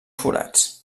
forats